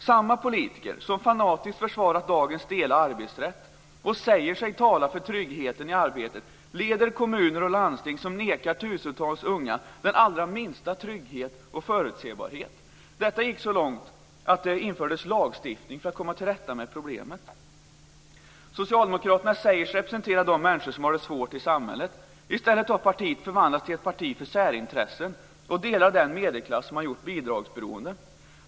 Samma politiker som fanatiskt försvarat dagens stela arbetsrätt och säger sig tala för tryggheten i arbetet leder kommuner och landsting som nekar tusentals unga den allra minsta trygghet och förutsebarhet. Detta gick så långt att det infördes lagstiftning för att komma till rätta med problemet. Socialdemokraterna säger sig representera de människor som har det svårt i samhället. I stället har partiet förvandlats till ett parti för särintressen åt delar av den medelklass som det har gjort bidragsberoende.